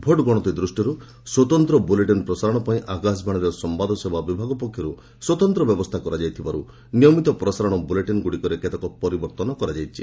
vote ଗଣତି ଦୃଷ୍ଟିରୁ ସ୍ୱତନ୍ତ୍ର ବୁଲେଟିନ୍ ପ୍ରସାରଣ ପାଇଁ ଆକାଶବାଣୀର ସମ୍ଭାଦସେବା ବିଭାଗ ପକ୍ଷରୁ ସ୍ପତନ୍ତ୍ର ବ୍ୟବସ୍ଥା କରାଯାଇଥିବାରୁ ନିୟମିତ ପ୍ରସାରଣ ବୂଲେଟିନ୍ ଗ୍ରଡ଼ିକରେ କେତେକ ପରିବର୍ତ୍ତନ କରାଯାଇଛି